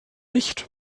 nicht